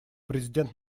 президент